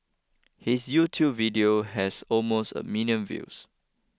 his YouTube video has almost a million views